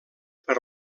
per